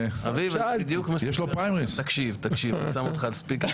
אביב, תקשיב, אני שם אותך על speaker.